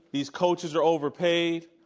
these coaches are overpaid.